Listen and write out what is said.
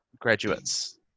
graduates